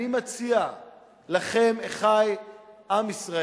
אני מציע לכם, אחי עם ישראל,